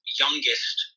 youngest